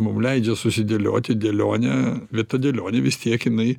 mum leidžia susidėlioti dėlionę bet ta dėlionė vis tiek jinai